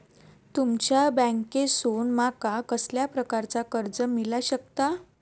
तुमच्या बँकेसून माका कसल्या प्रकारचा कर्ज मिला शकता?